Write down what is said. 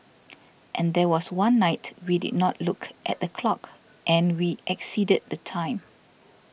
and there was one night we did not look at the clock and we exceeded the time